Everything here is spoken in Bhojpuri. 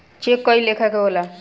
चेक कए लेखा के होला